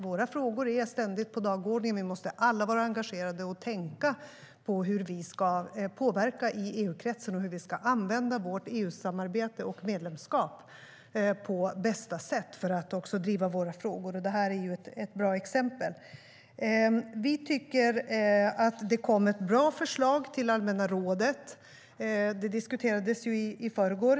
Våra frågor är ständigt på dagordningen; vi måste vara alla engagerade och tänka på hur vi ska påverka i EU-kretsen samt hur vi ska använda vårt EU-samarbete och EU-medlemskap på bästa sätt för att driva våra frågor. Det här är ett bra exempel. Vi tycker att det kom ett bra förslag till allmänna rådet. Det diskuterades i förrgår.